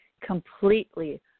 completely